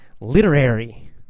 Literary